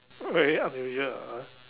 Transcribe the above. very unusual ah